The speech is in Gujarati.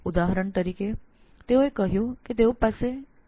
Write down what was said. ઉદાહરણ તરીકે એલિયન પાસે ત્રણ આંગળીઓ છે